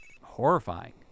horrifying